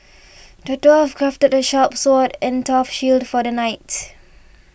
the dwarf crafted a sharp sword and a tough shield for the knight